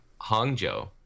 Hangzhou